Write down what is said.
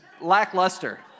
lackluster